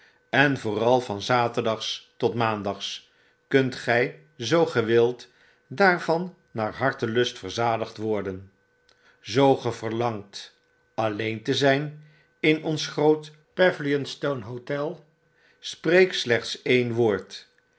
voorugereed envooral van zaterdags tot maandags kunt gy zooge wilt daarvan naar hartelust verzadigd worden zoo ge verlangt alleen te zyn in ons groot pavilionstone hotel spreek slechts eenwoord